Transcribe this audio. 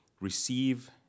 receive